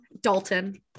dalton